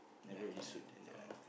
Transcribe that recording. never really suit then they're like